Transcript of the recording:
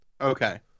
Okay